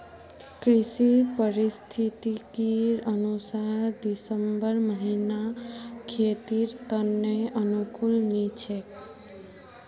कृषि पारिस्थितिकीर अनुसार दिसंबर महीना खेतीर त न अनुकूल नी छोक